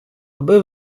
аби